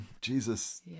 jesus